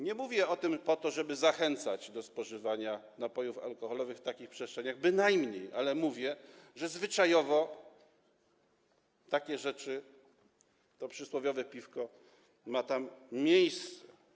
Nie mówię o tym po to, żeby zachęcać do spożywania napojów alkoholowych w takich przestrzeniach, bynajmniej, ale mówię, że zwyczajowo takie rzeczy, to przysłowiowe piwko, mają tam miejsce.